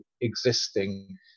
existing